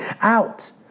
out